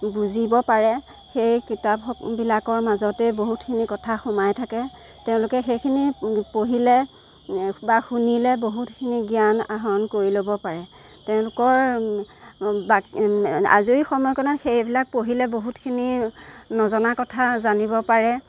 বুজিব পাৰে সেই কিতাপবিলাকৰ মাজতে বহুতখিনি কথা সোমাই থাকে তেওঁলোকে সেইখিনি পঢ়িলে বা শুনিলে বহুতখিনি জ্ঞান আহৰণ কৰি ল'ব পাৰে তেওঁলোকৰ আজৰি সময়কণত সেইবিলাক পঢ়িলে বহুতখিনি নজনা কথা জানিব পাৰে